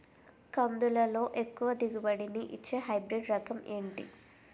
కందుల లో ఎక్కువ దిగుబడి ని ఇచ్చే హైబ్రిడ్ రకం ఏంటి?